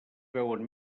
veuen